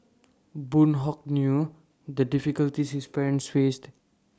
boon Hock knew the difficulties his parents faced